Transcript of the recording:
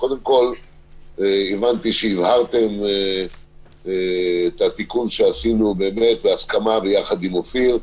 קודם כול הבנתי שהבהרתם את התיקון שעשינו בהסכמה ביחד עם אופיר,